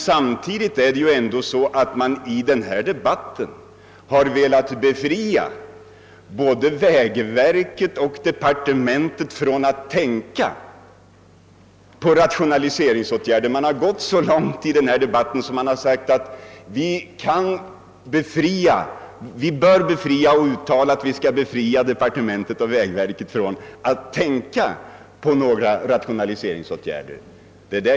Samtidigt har man emellertid i denna debatt gått så långt, att man menar att riksdagen bör uttala att departementet och vägverket bör befrias från att tänka på några rationaliseringsåtgärder.